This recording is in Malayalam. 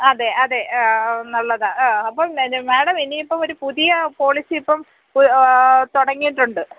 അതെ അതെ ആ നല്ലതാണ് ആ അപ്പോം പിന്നെ മാഡം ഇനിയിപ്പോൾ ഒരു പുതിയ പോളിസിയിപ്പം തുടങ്ങിയിട്ടുണ്ട്